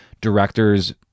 directors